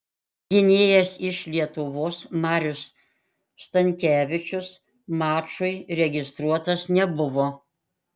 gynėjas iš lietuvos marius stankevičius mačui registruotas nebuvo